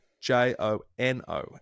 J-O-N-O